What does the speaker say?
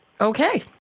Okay